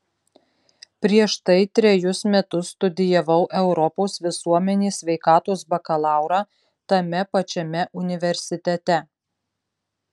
prieš tai trejus metus studijavau europos visuomenės sveikatos bakalaurą tame pačiame universitete